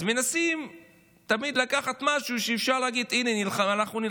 אז מנסים תמיד לקחת משהו שאפשר להגיד עליו: